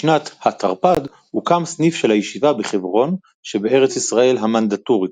בשנת ה'תרפ"ד הוקם סניף של הישיבה בחברון שבארץ ישראל המנדטורית,